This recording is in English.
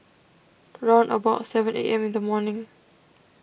round about seven A M in the morning